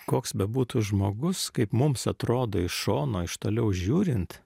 koks bebūtų žmogus kaip mums atrodo iš šono iš toliau žiūrint